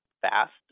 fast